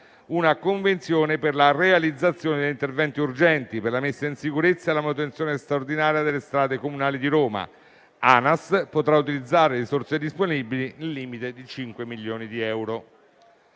una convenzione per la realizzazione degli interventi urgenti per la messa in sicurezza e la manutenzione straordinaria delle strade comunali di Roma. ANAS potrà utilizzare le risorse disponibili per gli interventi di